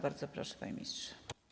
Bardzo proszę, panie ministrze.